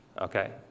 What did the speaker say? Okay